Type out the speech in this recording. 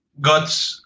got